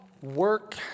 Work